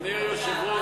אדוני היושב-ראש,